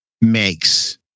Makes